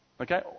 Okay